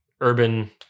urban